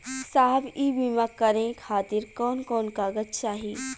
साहब इ बीमा करें खातिर कवन कवन कागज चाही?